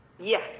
Yes